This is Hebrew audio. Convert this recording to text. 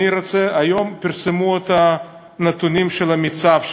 היום פרסמו את הנתונים של מבחני המיצ"ב.